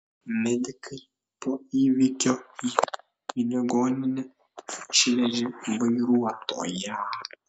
medikai po įvykio į ligoninę išvežė vairuotoją